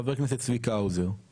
סטרוק ועתירותיה לוועדת הכנסת נובעות